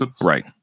Right